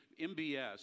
MBS